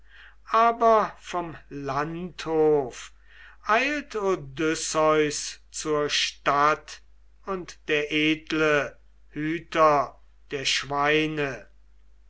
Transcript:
aber vom landhof eilt odysseus zur stadt und der edle hüter der schweine